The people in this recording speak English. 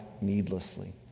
needlessly